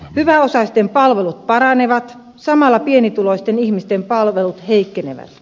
hyväosaisten palvelut paranevat samalla pienituloisten ihmisten palvelut heikkenevät